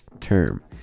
term